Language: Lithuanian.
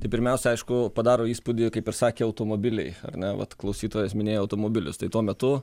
tai pirmiausia aišku padaro įspūdį kaip ir sakė automobiliai ar ne vat klausytojas minėjo automobilius tai tuo metu